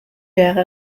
wäre